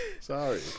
Sorry